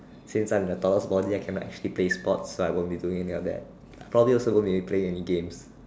since I'm the tallest body I cannot actually play sports so I won't be doing any of that probably also won't be playing any games